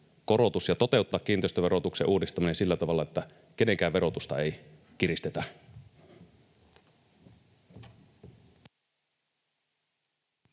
ja toteuttaa kiinteistöverotuksen uudistaminen sillä tavalla, että kenenkään verotusta ei kiristetä.